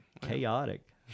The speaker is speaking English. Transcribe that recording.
Chaotic